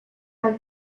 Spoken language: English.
have